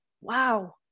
wow